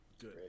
good